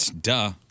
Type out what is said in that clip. Duh